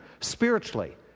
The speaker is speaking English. spiritually